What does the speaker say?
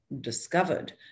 discovered